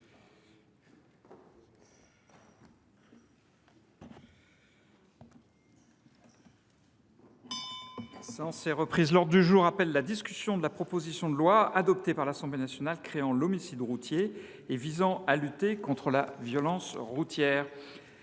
L’ordre du jour appelle la discussion de la proposition de loi, adoptée par l’Assemblée nationale, créant l’homicide routier et visant à lutter contre la violence routière